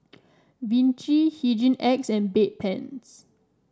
Vichy Hygin X and Bedpans